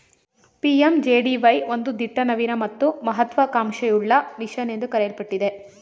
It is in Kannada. ಪಿ.ಎಂ.ಜೆ.ಡಿ.ವೈ ಒಂದು ದಿಟ್ಟ ನವೀನ ಮತ್ತು ಮಹತ್ವ ಕಾಂಕ್ಷೆಯುಳ್ಳ ಮಿಷನ್ ಎಂದು ಕರೆಯಲ್ಪಟ್ಟಿದೆ